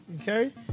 Okay